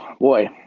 Boy